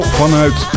vanuit